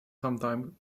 sometime